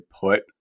put